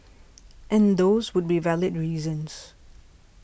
and those would be valid reasons